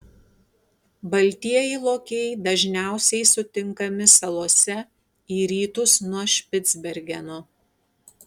baltieji lokiai dažniausiai sutinkami salose į rytus nuo špicbergeno